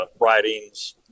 writings